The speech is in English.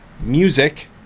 Music